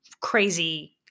crazy